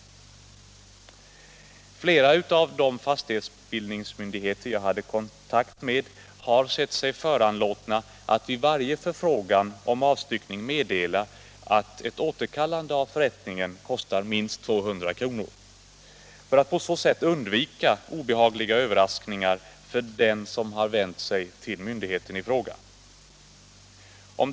17 mars 1977 Flera av de fastighetsbildningsmyndigheter som jag haft kontakt med har sett sig föranlåtna att — för att på så sätt undvika obehagliga över Om åtgärder för att raskningar för dem som vänder sig till myndigheten i fråga — vid varje påskynda beslut förfrågan om avstyckning meddela att ett återkallande av förrättningen enligt 136 a § kostar minst 200 kr.